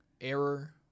error